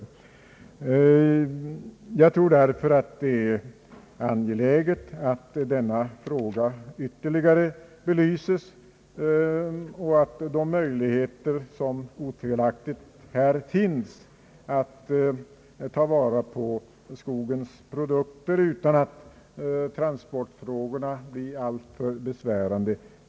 Det är därför angeläget att denna fråga ytterligare belyses och att de möjligheter prövas som otvivelaktigt finns att ta vara på skogens produkter utan att transportfrågorna blir alltför besvärande.